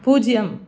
பூஜ்ஜியம்